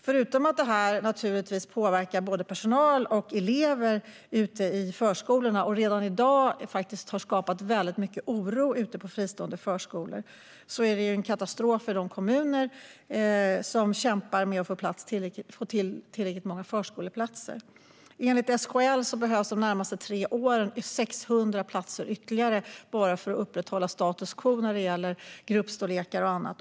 Förutom att det naturligtvis påverkar både personal och elever ute i förskolorna, och redan i dag har skapat väldigt mycket oro ute på fristående förskolor, är det en katastrof för de kommuner som kämpar med att få tillräckligt många förskoleplatser. Enligt SKL behövs de närmaste tre åren 600 platser ytterligare bara för att upprätthålla status quo när det gäller gruppstorlekar och annat.